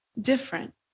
different